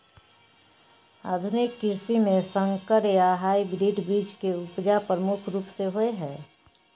आधुनिक कृषि में संकर या हाइब्रिड बीज के उपजा प्रमुख रूप से होय हय